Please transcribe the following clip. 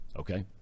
Okay